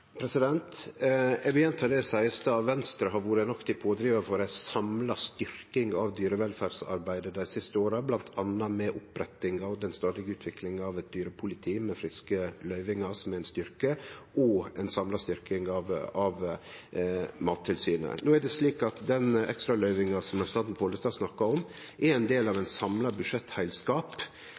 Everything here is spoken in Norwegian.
Eg vil gjenta det eg sa i stad: Venstre har vore ein aktiv pådrivar for ei samla styrking av dyrevelferdsarbeidet dei siste åra, bl.a. med opprettinga og den stadige utviklinga av eit dyrepoliti, med friske løyvingar, som er ein styrke, og ei samla styrking av Mattilsynet. No er det slik at den ekstraløyvinga som representanten Pollestad snakkar om, er ein del av ein samla budsjettheilskap,